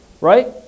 Right